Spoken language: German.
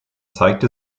zeigte